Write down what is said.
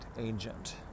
agent